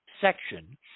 section